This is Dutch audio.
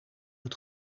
het